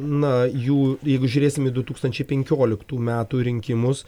na jų jeigu žiūrėsim į du tūkstančiai penkioliktų metų rinkimus